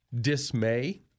dismay